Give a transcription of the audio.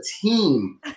team